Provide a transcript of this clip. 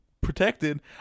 protected